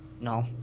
No